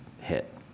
hit